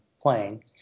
playing